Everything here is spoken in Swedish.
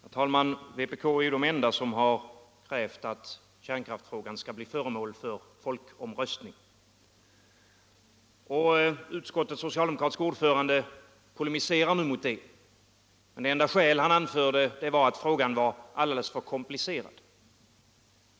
Herr talman! Vpk är det enda parti som har krävt att kärnkraftsfrågan skall bli föremål för folkomröstning. Utskottets socialdemokratiske ordförande polemiserar nu mot det. Det enda skäl han anförde var att frågan var alldeles för komplicerad.